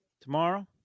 Tomorrow